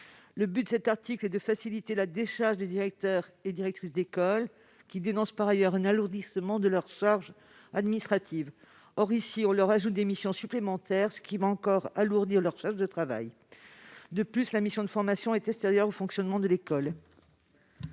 Le but de l'article 2 est de faciliter la décharge des directeurs et directrices d'école, qui dénoncent par ailleurs un alourdissement de leur charge administrative. Or, ici, on leur ajoute des missions supplémentaires, ce qui va encore accroître leur charge de travail. De plus, la mission de formation est extérieure au fonctionnement de l'école.